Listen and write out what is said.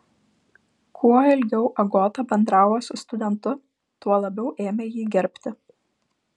kuo ilgiau agota bendravo su studentu tuo labiau ėmė jį gerbti